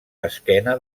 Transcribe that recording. esquena